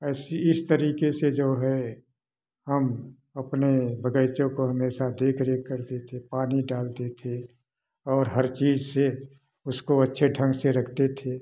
ऐसी इस तरीके से जो है हम अपने बगीचों को हमेशा देख रेख करते थे पानी डालते थे और हर चीज से उसको अच्छे ढंग से रखते थे